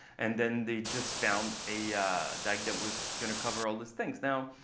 and then they just found a dike that was going to cover all these things. now,